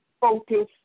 focus